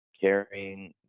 carrying